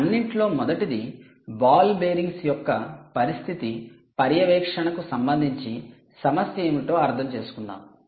అన్నింటిలో మొదటిది ball bearings యొక్క పరిస్థితి పర్యవేక్షణకు సంబంధించి సమస్య ఏమిటో అర్థం చేసుకుందాము